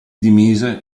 dimise